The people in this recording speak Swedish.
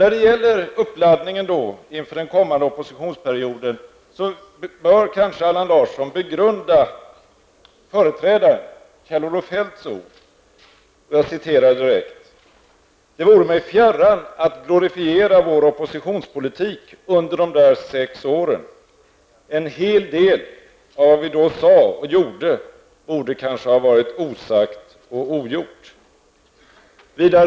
När det gäller uppladdningen inför den kommande oppositionsperioden bör Allan Larsson kanske begrunda företrädaren Kjell-Olof Feldts ord: Det vore mig fjärran att glorifiera vår oppositionspolitik under de där sex åren. En hel del av vad vi då sade och gjorde borde kanske ha varit osagt och ogjort.